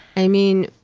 i mean,